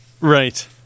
Right